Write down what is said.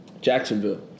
Jacksonville